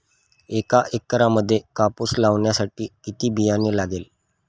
एका एकरामध्ये कापूस लावण्यासाठी किती बियाणे लागेल?